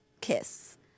kiss